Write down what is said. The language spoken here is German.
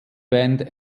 band